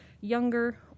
younger